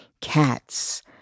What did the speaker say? Cats